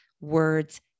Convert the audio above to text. words